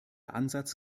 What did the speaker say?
ansatz